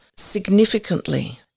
significantly